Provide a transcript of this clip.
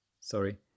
Sorry